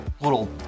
little